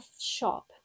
shop